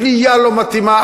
בנייה לא מתאימה,